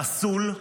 פסול,